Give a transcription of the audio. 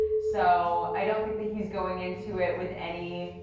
so i don't think that he's going into it with any.